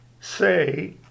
say